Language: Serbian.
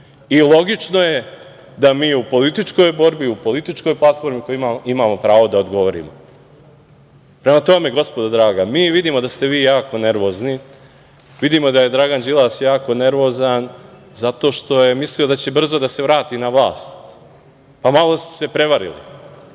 i logično je da mi u političkoj borbi, u političkoj platformi imamo pravo da odgovorimo. Prema tome gospodo draga, mi vidimo da ste vi jako nervozni, vidimo da je Dragan Đilas jako nervozan zato što je mislio da će brzo da se vrati na vlast. Pa, malo su se prevarili. Mi